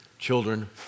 Children